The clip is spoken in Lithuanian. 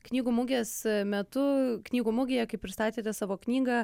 knygų mugės metu knygų mugėje kai pristatėte savo knygą